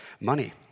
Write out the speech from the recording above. money